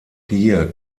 hier